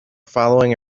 following